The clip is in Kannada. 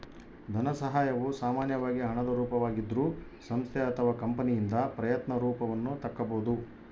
ಧನಸಹಾಯವು ಸಾಮಾನ್ಯವಾಗಿ ಹಣದ ರೂಪದಾಗಿದ್ರೂ ಸಂಸ್ಥೆ ಅಥವಾ ಕಂಪನಿಯಿಂದ ಪ್ರಯತ್ನ ರೂಪವನ್ನು ತಕ್ಕೊಬೋದು